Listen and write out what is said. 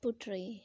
Putri